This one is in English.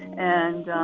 and.